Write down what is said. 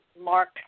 Mark